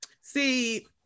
See